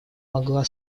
могла